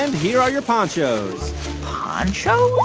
and here are your ponchos ponchos? ooo,